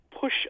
push